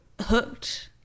hooked